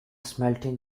smelting